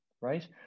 right